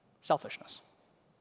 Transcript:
Selfishness